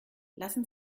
lassen